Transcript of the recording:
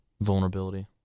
vulnerability